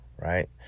right